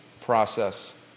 process